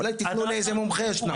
אולי תתנו לאיזה מומחה או שניים.